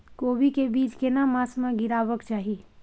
कोबी के बीज केना मास में गीरावक चाही?